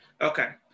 Okay